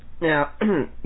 Now